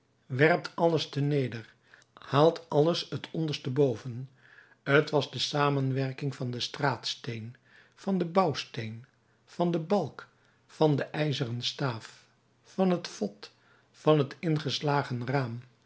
werpt alles terneder haalt alles t onderstboven t was de samenwerking van den straatsteen van den bouwsteen van den balk van de ijzeren staaf van het vod van het ingeslagen raam